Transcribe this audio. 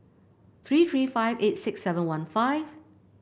three three five eight six seven one five